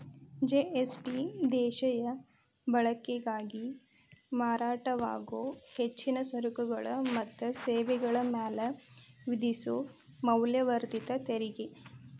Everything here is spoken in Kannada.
ಜಿ.ಎಸ್.ಟಿ ದೇಶೇಯ ಬಳಕೆಗಾಗಿ ಮಾರಾಟವಾಗೊ ಹೆಚ್ಚಿನ ಸರಕುಗಳ ಮತ್ತ ಸೇವೆಗಳ ಮ್ಯಾಲೆ ವಿಧಿಸೊ ಮೌಲ್ಯವರ್ಧಿತ ತೆರಿಗಿ